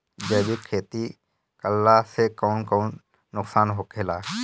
जैविक खेती करला से कौन कौन नुकसान होखेला?